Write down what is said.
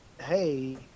hey